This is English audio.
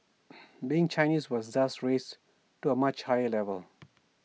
being Chinese was thus raised to A much higher level